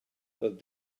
doedd